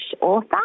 author